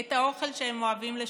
את האוכל שהם אוהבים לשבת,